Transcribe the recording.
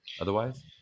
otherwise